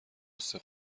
غصه